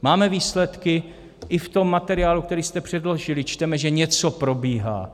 Máme výsledky i v tom materiálu, který jste předložili, čteme, že něco probíhá.